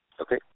Okay